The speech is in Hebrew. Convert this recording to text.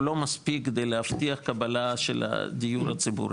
לא מספיק כדי להבטיח קבלה של הדיור הציבורי.